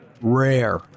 rare